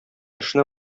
эшне